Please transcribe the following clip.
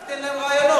אל תיתן להם רעיונות.